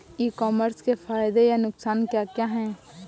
ई commerce के फायदे या नुकसान क्या क्या हैं?